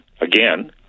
again